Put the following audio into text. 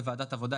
בוועדת העבודה,